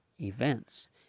events